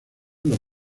los